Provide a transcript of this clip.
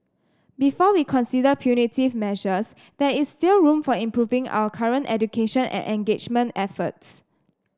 before we consider punitive measures there is still room for improving our current education and engagement efforts